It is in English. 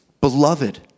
Beloved